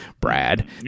Brad